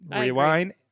Rewind